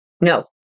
No